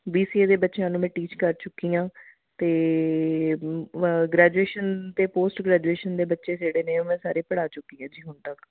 B C A ਦੇ ਬੱਚਿਆਂ ਨੂੰ ਮੈਂ ਟੀਚ ਕਰ ਚੁੱਕੀ ਹਾਂ ਅਤੇ ਗ੍ਰੈਜੂਏਸ਼ਨ ਅਤੇ ਪੋਸਟ ਗ੍ਰੈਜੂਏਸ਼ਨ ਦੇ ਬੱਚੇ ਜਿਹੜੇ ਨੇ ਉਹ ਮੈਂ ਸਾਰੇ ਪੜ੍ਹਾ ਚੁੱਕੀ ਹਾਂ ਜੀ ਹੁਣ ਤੱਕ